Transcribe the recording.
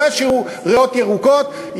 לא ישאירו ריאות ירוקות,